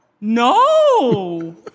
No